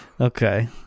Okay